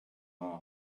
oma